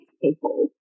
people